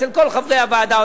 אצל כל חברי הוועדה,